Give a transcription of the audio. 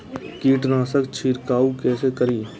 कीट नाशक छीरकाउ केसे करी?